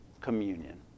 communion